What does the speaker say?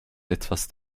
etwas